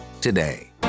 today